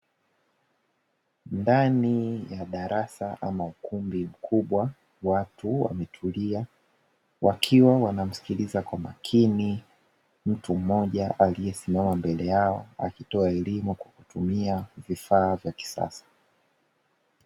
Ndani ya darasa ama ukumbi mkubwa watu wametulia wakiwa wanamsikiliza kwa makini mtu mmoja aliyesimama mbele yao, akitoa elimu kwa kutumia vifaa vya kisasa.